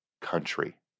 country